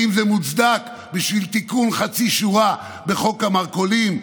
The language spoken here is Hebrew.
האם זה מוצדק בשביל תיקון חצי שורה בחוק המרכולים?